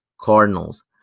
Cardinals